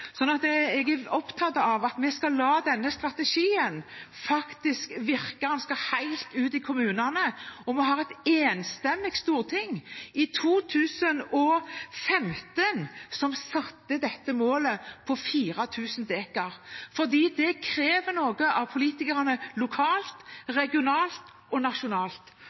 Jeg er opptatt av at vi faktisk skal la denne strategien virke. Den skal helt ut i kommunene, og vi hadde et enstemmig storting i 2015 som satte dette målet på 4 000 dekar, fordi dette krever noe av politikerne lokalt, regionalt og nasjonalt.